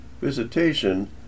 Visitation